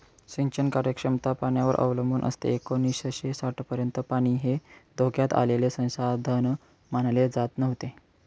सिंचन कार्यक्षमता पाण्यावर अवलंबून असते एकोणीसशे साठपर्यंत पाणी हे धोक्यात आलेले संसाधन मानले जात नव्हते